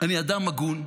אני אדם הגון,